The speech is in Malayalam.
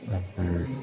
അപ്പം